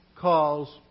calls